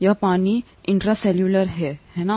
यह पानी इंट्रासेल्युलर है है ना